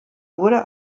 wurde